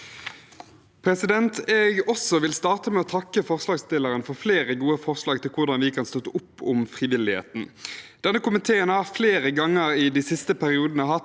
leder): Jeg vil også starte med å takke forslagsstillerne for flere gode forslag til hvordan vi kan støtte opp om frivilligheten. Denne komiteen har flere ganger i de siste periodene hatt